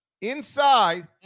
Inside